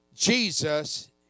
Jesus